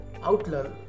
outlearn